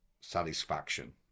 satisfaction